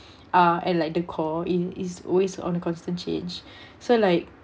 uh and like the core is is always on a constant change so like